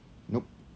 nope